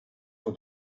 for